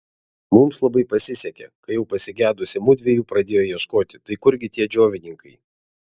mums labai pasisekė kai jau pasigedusi mudviejų pradėjo ieškoti tai kurgi tie džiovininkai